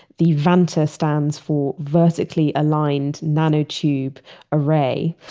the vanta stands for vertically aligned nanotube array.